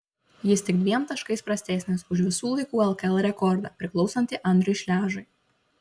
jis tik dviem taškais prastesnis už visų laikų lkl rekordą priklausantį andriui šležui